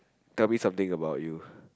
tell me something about you